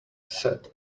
said